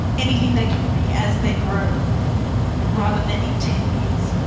anything they can be as they grow rather than in ten years.